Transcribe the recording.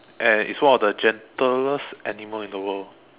and it's one of the gentlest animal in the world